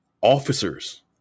officers